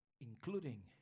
Including